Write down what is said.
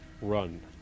run